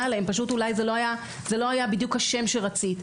אליהם פשוט אולי זה לא היה בדיוק השם שרצית.